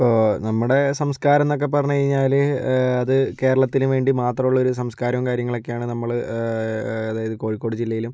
ഇപ്പോൾ നമ്മുടെ സംസ്കാരം എന്നൊക്കെ പറഞ്ഞു കഴിഞ്ഞാൽ അത് കേരളത്തിനു വേണ്ടി മാത്രമുള്ളൊരു സംസ്കാരവും കാര്യങ്ങളൊക്കെയാണ് നമ്മൾ അതായത് കോഴിക്കോട് ജില്ലയിലും